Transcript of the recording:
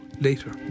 later